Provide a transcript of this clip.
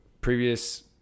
previous